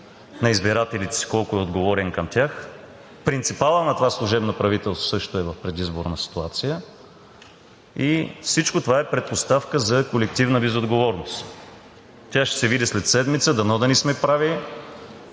на избирателите си колко е отговорен към тях, принципалът на това служебно правителство също е в предизборна ситуация. Всичко това е предпоставка за колективна безотговорност. Тя ще се види след седмица – дано да не сме прави,